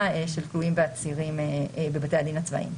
של כלואים ועצירים בבתי הדין הצבאיים.